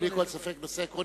בלי כל ספק, זה נושא עקרוני.